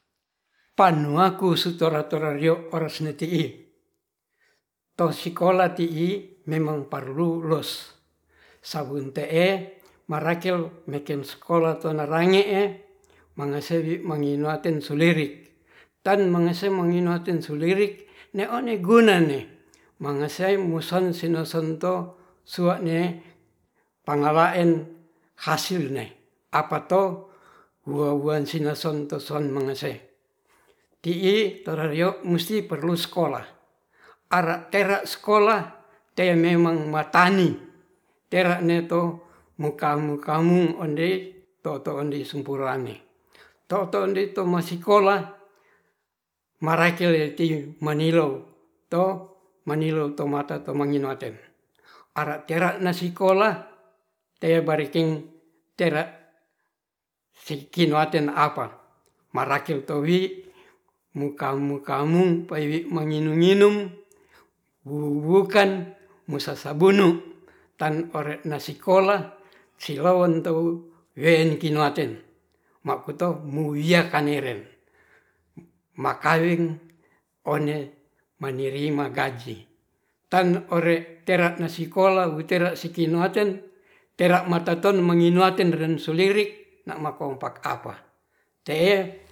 Panuaku sutora-tora rio oras neti'i rosikolah ti'i memang parrururos sawun te'e marakel meken sekolah tonarange'e mangase wi manginarten soleriktan mengese moginotin sulirik no oen gunane mangese muson sino sonto su'ane tangala'en hasil ne' aparto huwa-huwa sinarsonto son mengese ti'i torario musti perlu sekolah are era sekola tememang ba tani tera ne to mokamu-kamu ondei toto ondei sumperane totondi masekolah marekel ti manilow to' manilow to mata to mangino arten ara tera nasikolah tebariting tera sikin noarten alpa marakel towi mukamu-kamu pewi ma nginu-nginum wuwukan mosasabunu tan ore nasekolah silawen tou we'en kinaten makuto muwiya kaneren makaweng one mandirima gaji tan ore tera nasekolah win tera sikinoaten tera makaton mangin laten maso lirik na'makong pakapa te'e